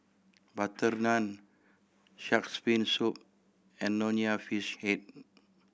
butter naan Shark's Fin Soup and Nonya Fish Head